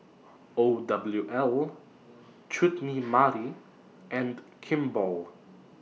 O W L Chutney Mary and Kimball